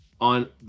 On